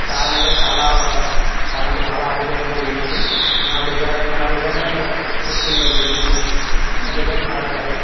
చాలా అంటే చాలా చాలా అంటే చాలా అరుదైన గేమ్ అది మన దగ్గర మన దగ్గరనే పుట్టింది అది గేము మన దగ్గరనే ఆడతారు